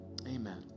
Amen